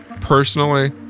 Personally